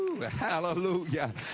Hallelujah